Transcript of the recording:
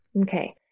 Okay